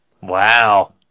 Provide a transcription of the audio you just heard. Wow